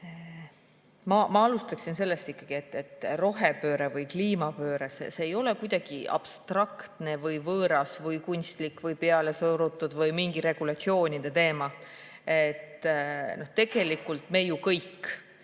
Ma alustan ikkagi sellest, et rohepööre või kliimapööre ei ole kuidagi abstraktne või võõras või kunstlik või pealesurutud või mingi regulatsioonide teema. Tegelikult me ju kõik